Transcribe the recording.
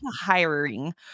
hiring